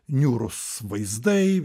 niūrūs vaizdai